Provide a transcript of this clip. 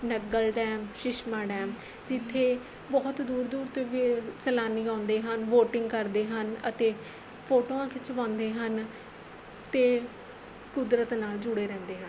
Nangal dam ਸ਼ਿਸ਼ਮਾ dam ਜਿੱਥੇ ਬਹੁਤ ਦੂਰ ਦੂਰ ਤੋਂ ਵੀ ਸੈਲਾਨੀ ਆਉਂਦੇ ਹਨ ਬੋਟਿੰਗ ਕਰਦੇ ਹਨ ਅਤੇ ਫੋਟੋਆਂ ਖਿਚਵਾਉਂਦੇ ਹਨ ਅਤੇ ਕੁਦਰਤ ਨਾਲ਼ ਜੁੜੇ ਰਹਿੰਦੇ ਹਨ